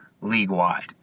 league-wide